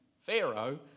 Pharaoh